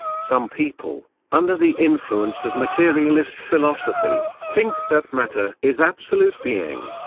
some people, under the influence of materialist philosophy, think that matter is absolute being.